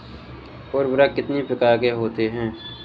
उर्वरक कितनी प्रकार के होते हैं?